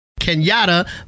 Kenyatta